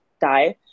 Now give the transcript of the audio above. die